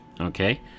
Okay